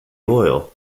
oil